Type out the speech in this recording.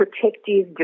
protective